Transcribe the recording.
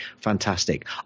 fantastic